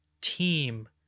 team